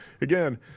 Again